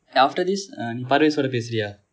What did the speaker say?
eh after this நீ:nee parves பேச போகிறாயா:pesa pogiraaya